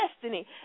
destiny